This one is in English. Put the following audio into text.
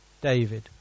David